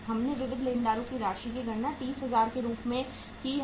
हमने विविध लेनदारों की राशि की गणना 30000 के रूप में की है